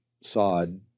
sod